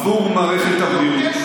עבור מערכת הבריאות,